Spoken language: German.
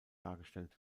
dargestellt